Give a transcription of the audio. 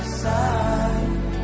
side